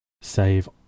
save